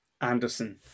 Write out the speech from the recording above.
Anderson